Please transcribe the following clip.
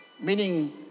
meaning